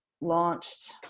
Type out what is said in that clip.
launched